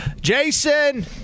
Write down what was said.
Jason